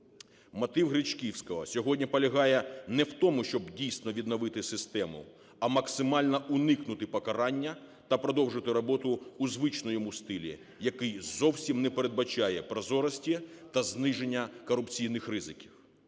Мотив Гречківського сьогодні полягає не в тому, щоби дійсно відновити систему, а максимально уникнути покарання та продовжити роботу у звичному йому стилі, який зовсім не передбачає прозорості та зниження корупційних ризиків.